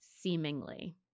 seemingly